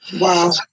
Wow